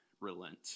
relent